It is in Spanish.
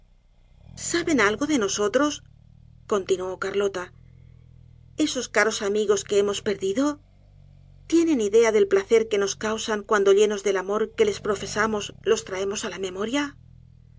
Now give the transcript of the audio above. saben algo de nosotros continuó carlota esos caros amigos que hemos perdido tienen idea del pía cer que ños causan cuando llenos del amor quejes profesamos los traemos á la memoria